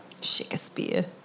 Shakespeare